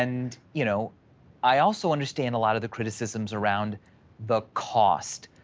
and you know i also understand a lot of the criticisms around the cost,